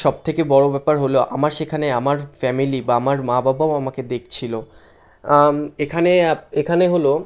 সব থেকে বড়ো ব্যাপার হলো আমার সেখানে আমার ফ্যামিলি বা আমার মা বাবাও আমাকে দেখছিলো এখানে এখানে হলো